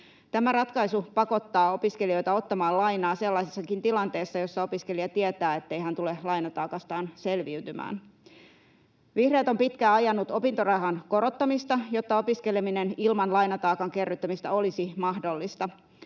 Tämä ratkaisu pakottaa opiskelijoita ottamaan lainaa sellaisessakin tilanteessa, jossa opiskelija tietää, ettei hän tule lainataakastaan selviytymään. Vihreät ovat pitkään ajaneet opintorahan korottamista, jotta opiskeleminen ilman lainataakan kerryttämistä olisi mahdollista.